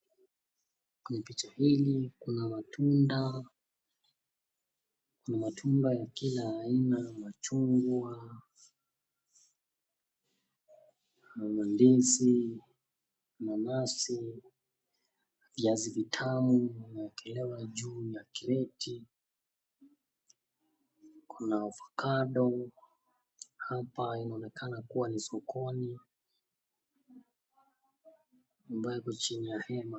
Kwenye picha hili kuna matunda. Kuna matunda ya kila aina. Machungwa, ndizi, nanasi, viazi vitamu vimeekelewa juu ya kreti, kuna avokado. Hapa inaonekana kuwa ni sokoni ambayo iko chini ya vihema.